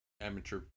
amateur